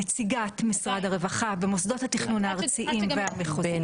נציגת משרד הרווחה במוסדות התכנון הארציים והמחוזיים,